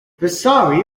vasari